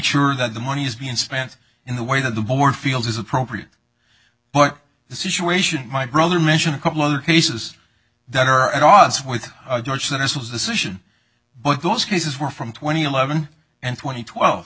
sure that the money is being spent in the way that the board feels is appropriate but the situation my brother mentioned a couple other cases that are at odds with george that this was the solution but those cases were from twenty eleven and twenty twelve